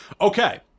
Okay